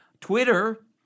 Twitter